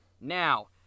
Now